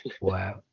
wow